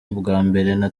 kwishima